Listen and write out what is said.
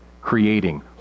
creating